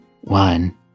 One